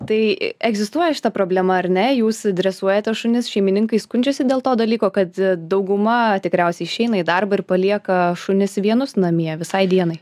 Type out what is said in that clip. tai egzistuoja šita problema ar ne jūs dresuojate šunis šeimininkai skundžiasi dėl to dalyko kad dauguma tikriausiai išeina į darbą ir palieka šunis vienus namie visai dienai